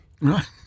Right